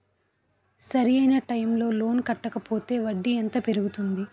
సరి అయినా టైం కి లోన్ కట్టకపోతే వడ్డీ ఎంత పెరుగుతుంది?